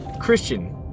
Christian